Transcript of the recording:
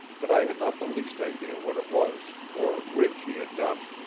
but i had not the least idea what it was, or which he had done.